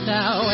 now